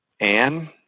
Anne